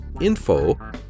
info